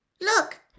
Look